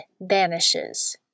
vanishes